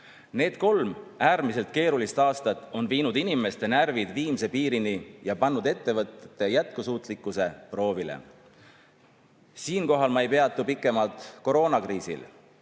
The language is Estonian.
Need kolm äärmiselt keerulist aastat on viinud inimeste närvid viimse piirini ja pannud ettevõtete jätkusuutlikkuse proovile. Siinkohal ma ei peatu pikemalt koroonakriisil,